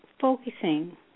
focusing